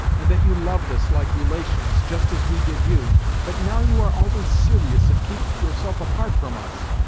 and that you loved us like relations, just as we did you but now you are always serious, and keep yourself apart from us.